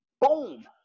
Boom